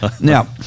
Now